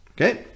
Okay